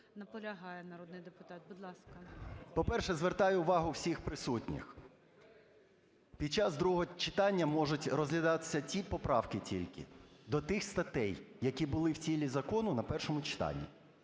наполягає, народний депутат. Будь ласка. 11:32:15 ПАПІЄВ М.М. По-перше, звертаю увагу всіх присутніх, під час другого читання можуть розглядатися ті поправки тільки до тих статей, які були в тілі закону на першому читанні.